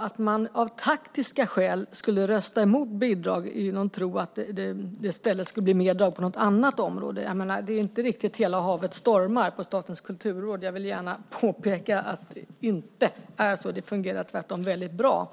att man av taktiska skäl skulle rösta emot bidrag i någon tro att det i stället skulle bli mer bidrag på något annat område. Det är inte riktigt hela havet stormar på Statens kulturråd. Jag vill gärna påpeka att det inte är så. Det fungerar tvärtom väldigt bra.